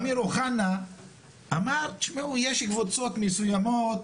אפילו אמיר אוחנה אמר, תשמעו, יש קבוצות מסוימות,